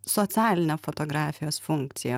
socialinę fotografijos funkciją